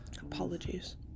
Apologies